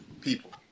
people